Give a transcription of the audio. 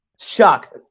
shocked